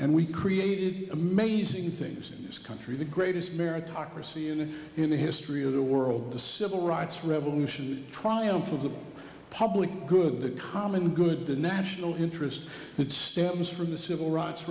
and we created amazing things in this country the greatest meritocracy and in the history of the world the civil rights revolution triumph of the public good the common good the national interest it stems from the civil rights